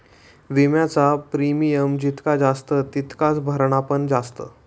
विम्याचा प्रीमियम जितका जास्त तितकाच भरणा पण जास्त